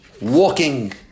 walking